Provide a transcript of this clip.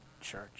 church